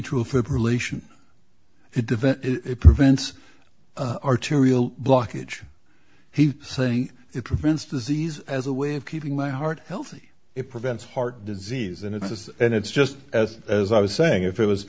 defend it prevents arterial blockage he say it prevents disease as a way of keeping my heart healthy it prevents heart disease and it has and it's just as as i was saying if it was